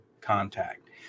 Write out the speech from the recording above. contact